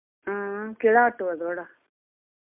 हां केह्ड़ा आटो ऐ थोआड़ा